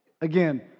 Again